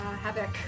Havoc